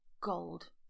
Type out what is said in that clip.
gold